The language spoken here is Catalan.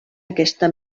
aquesta